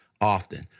often